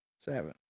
seven